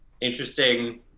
interesting